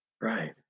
Right